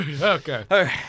Okay